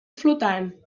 flotant